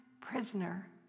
prisoner